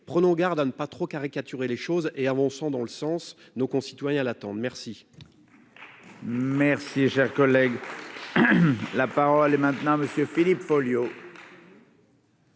prenons garde à ne pas trop caricaturer les choses et à mon sens, dans le sens nos concitoyens attendent, merci. Merci, cher collègue. La parole est maintenant monsieur Philippe Folliot.